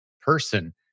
person